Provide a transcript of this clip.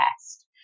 test